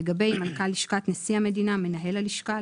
לגבי מנכ"ל לשכת נשיא המדינה מנהל הלשכה,